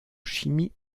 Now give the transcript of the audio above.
chimie